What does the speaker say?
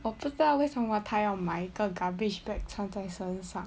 我不知道为什么他要买个一个 garbage bags 穿在身上